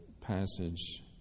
passage